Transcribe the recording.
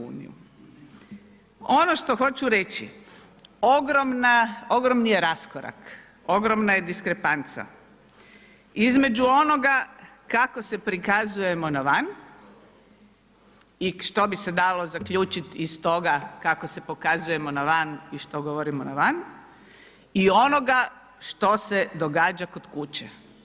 Ono što hoću reći, ogromni je raskorak, ogromna je diskrepanca između onoga kako se prikazujemo na van i što bi se dalo zaključiti iz toga kako se pokazujemo na van i što govorimo na van i onoga što se događa kod kuće.